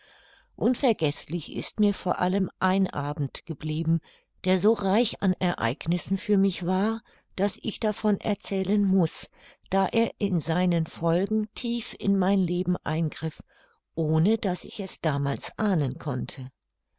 unvergeßlich ist mir vor allem ein abend geblieben der so reich an ereignissen für mich war daß ich davon erzählen muß da er in seinen folgen tief in mein leben eingriff ohne daß ich es damals ahnen konnte